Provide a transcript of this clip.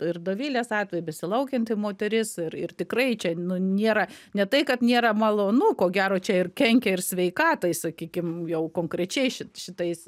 ir dovilės atveju besilaukianti moteris ir ir tikrai čia nu nėra ne tai kad nėra malonu ko gero čia ir kenkia ir sveikatai sakykim jau konkrečiai ši šitais